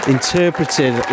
interpreted